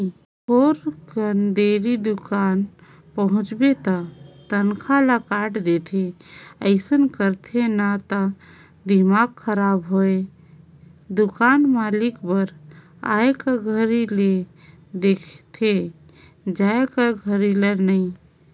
थोकिन देरी दुकान पहुंचबे त तनखा ल काट देथे अइसन करथे न त दिमाक खराब होय दुकान मालिक बर आए कर घरी ले देखथे जाये कर ल नइ